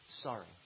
sorry